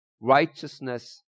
righteousness